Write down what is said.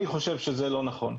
אני חושב שזה לא נכון.